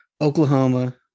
Oklahoma